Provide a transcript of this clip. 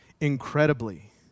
incredibly